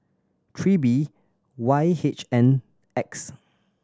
three B Y H N X